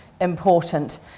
important